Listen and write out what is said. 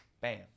bam